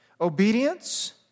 obedience